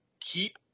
keep